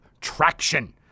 traction